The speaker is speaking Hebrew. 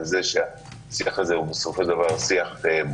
ועל זה שהשיח הזה בסופו של דבר הוא שיח בונה,